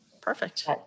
perfect